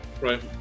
Right